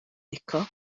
dico